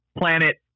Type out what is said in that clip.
planet